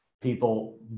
People